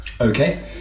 Okay